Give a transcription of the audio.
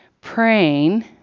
praying